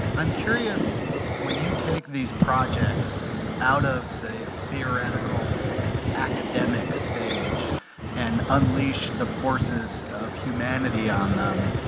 i'm curious when you take these projects out of the theoretical academic stage and unleash the forces of humanity on them,